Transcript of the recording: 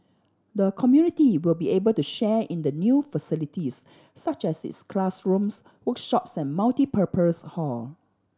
the community will be able to share in the new facilities such as its classrooms workshops and multipurpose hall